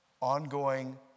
ongoing